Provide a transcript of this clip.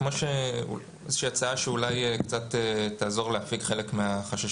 יש לי הצעה שאולי קצת תעזור להפיג חלק מהחששות.